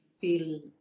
feel